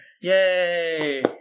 Yay